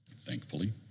thankfully